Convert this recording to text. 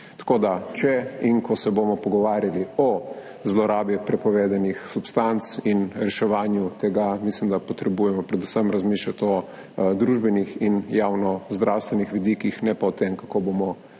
na rob. Če in ko se bomo pogovarjali o zlorabi prepovedanih substanc in reševanju tega, mislim, da moramo razmišljati predvsem o družbenih in javnozdravstvenih vidikih, ne pa o tem, kako bomo